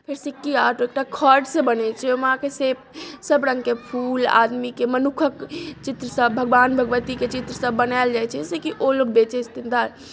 फेर सिक्की आर्ट एकटा खर सॅं बनै छै ओहिमे अहाँके सब रङ्ग के फूल आदमी के मनुख्क चित्र सब भगवान भगवती के चित्र सब बनायल जाइ छै से की ओ लोग बेचै छथिन